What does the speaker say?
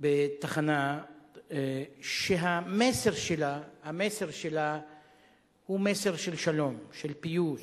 בתחנה שהמסר שלה הוא מסר של שלום, של פיוס,